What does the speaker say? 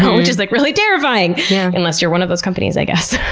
which is like really terrifying yeah unless you're one of those companies, i guess.